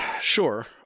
Sure